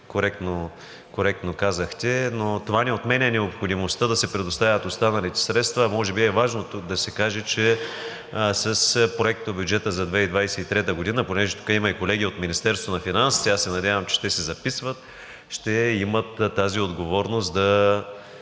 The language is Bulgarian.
коректно казахте. Но това не отменя необходимостта да се предоставят останалите средства. Може би е важно тук да се каже, че с проектобюджета за 2023 г., понеже тук има и колеги от Министерството на финансите, аз се надявам, че те си записват, ще имат тази отговорност да